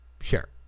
Sure